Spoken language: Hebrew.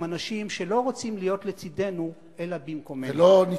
אנשים שלא רוצים להיות לצדנו אלא במקומנו.